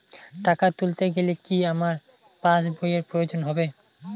টাকা তুলতে গেলে কি আমার পাশ বইয়ের প্রয়োজন হবে?